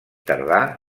tardà